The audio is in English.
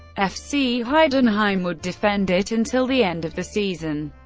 fc heidenheim would defend it until the end of the season.